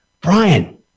Brian